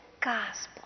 gospel